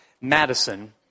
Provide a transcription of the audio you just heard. Madison